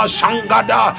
Shangada